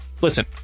Listen